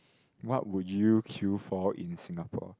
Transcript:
what would you queue for in Singapore